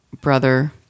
brother